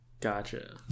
Gotcha